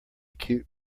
cute